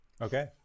Okay